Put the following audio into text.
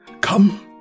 come